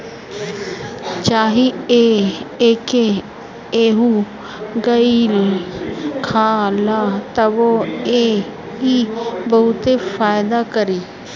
चाही त एके एहुंगईया खा ल तबो इ बहुते फायदा करी